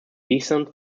descent